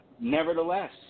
Nevertheless